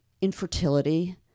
infertility